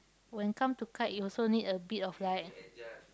when come to kite you also need a bit of like